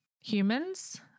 humans